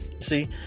See